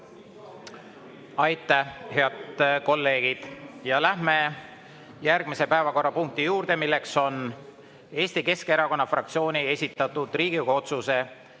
tulnud. Head kolleegid! Lähme järgmise päevakorrapunkti juurde, milleks on Eesti Keskerakonna fraktsiooni esitatud Riigikogu otsuse